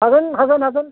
हागोन हागोन हागोन